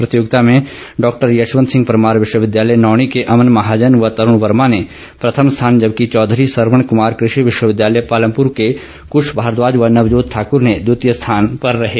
प्रतियोगिता में डॉ यशवन्त सिंह परमार विश्वविद्यालय नौणी के अमन महाजन व तरूण वर्मा ने प्रथम स्थान जबकि चौधरी सरवण कुमार कृषि विश्वविद्यालय पालमपुर के कुश भारद्वाज व नवजोत ठाकूर ने द्वितीय स्थान पह रहें